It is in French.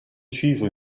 suivre